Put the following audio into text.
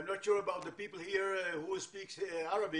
אני לא בטוח מי מהאנשים פה מדברים ערבית,